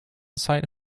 site